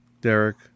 Derek